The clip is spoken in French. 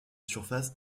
surface